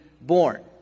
born